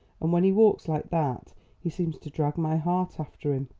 and when he walks like that he seems to drag my heart after him.